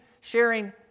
sharing